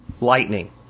Lightning